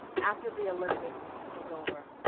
after the olympics was over,